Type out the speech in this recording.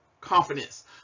confidence